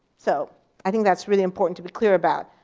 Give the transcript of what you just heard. so i think that's really important to be clear about.